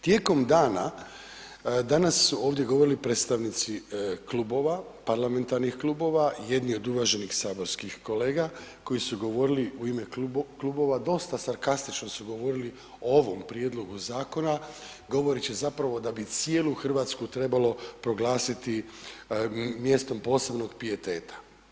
Tijekom dana danas su ovdje govorili predstavnici klubova, parlamentarnih klubova, jedni od uvaženih saborskih kolega koji su govorili u ime klubova dosta sarkastično su govorili o ovom prijedlogu zakona govoreći zapravo da bi cijelu Hrvatsku trebalo proglasiti mjestom posebnog pijeteta.